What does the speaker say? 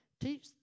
Teach